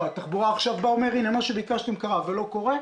ומשרד התחבורה אומר שהם ביקשו ולא קורה.